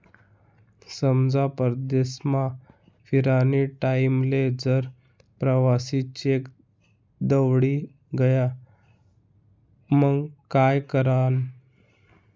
समजा परदेसमा फिरानी टाईमले जर प्रवासी चेक दवडी गया मंग काय करानं?